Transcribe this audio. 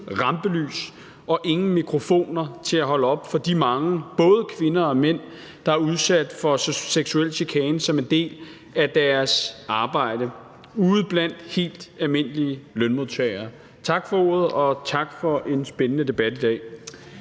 rampelys og ingen mikrofoner til at holde op for de mange både kvinder og mænd, der er udsat for seksuel chikane som en del af deres arbejde – ude blandt helt almindelige lønmodtagere. Tak for en spændende debat i dag.